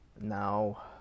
Now